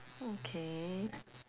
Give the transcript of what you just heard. okay